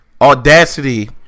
audacity